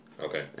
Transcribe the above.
Okay